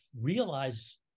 realize